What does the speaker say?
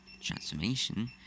transformation